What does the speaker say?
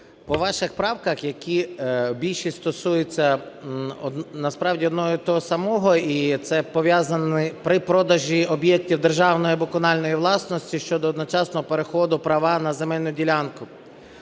по ваших правках, які більше стосуються насправді одного й того самого, і це пов'язано при продажі об'єктів державної або комунальної власності щодо одночасного переходу права на земельну ділянку.